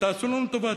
ותעשו לנו טובה,